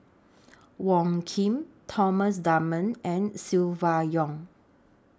Wong Keen Thomas Dunman and Silvia Yong